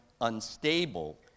unstable